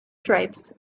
stripes